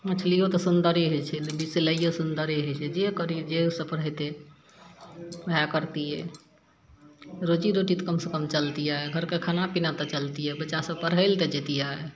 मछलियो तऽ सुन्दरे हइ छै सिलाइयो सुन्दरे होइ छै जे करी जे सफल हेतय ओहे करतियै रोजी रोटी तऽ कमसँ कम चलतियै घरके खाना पीना तऽ चलतियै बच्चा सभ पढ़य लए तऽ जैतियै